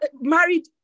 married